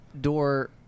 door